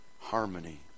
Harmony